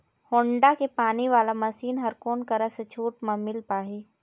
Honda के पानी वाला मशीन हर कोन करा से छूट म मिल पाही?